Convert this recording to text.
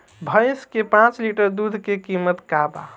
भईस के पांच लीटर दुध के कीमत का बा?